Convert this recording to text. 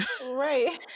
right